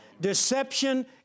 Deception